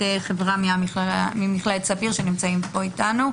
חברה ממכללת ספיר שנמצאים פה אתנו.